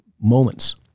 moments